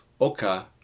Oka